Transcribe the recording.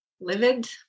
livid